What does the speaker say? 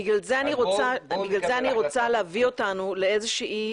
בגלל זה אני רוצה להביא אותנו לאיזושהי